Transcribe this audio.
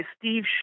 Steve